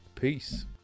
Peace